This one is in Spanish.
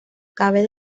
cabe